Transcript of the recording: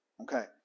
Okay